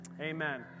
Amen